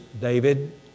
David